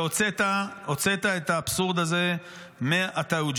שהוצאת את האבסורד הזה מהתאוג'יהי,